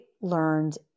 learned